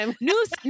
News